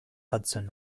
hudson